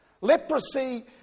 Leprosy